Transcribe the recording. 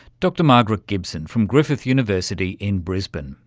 dr margaret gibson from griffith university in brisbane.